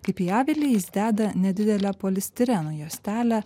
kaip į avilį jis deda nedidelę polistireno juostelę